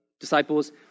disciples